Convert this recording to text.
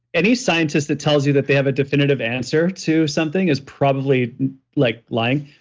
any scientist that tells you that they have a definitive answer to something is probably like lying,